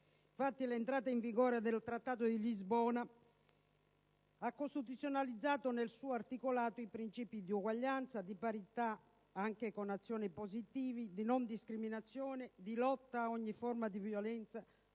Infatti, l'entrata in vigore del Trattato di Lisbona ha costituzionalizzato nel suo articolato i principi di uguaglianza, di parità, anche con azioni positive, di non discriminazione, di lotta a ogni forma di violenza,